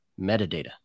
metadata